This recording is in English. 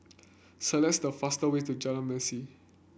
select the faster way to Jalan Mesin